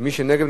ומי שנגד,